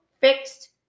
fixed